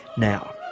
now,